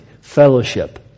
fellowship